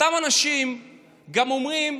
אותם אנשים גם אומרים: